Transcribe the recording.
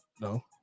No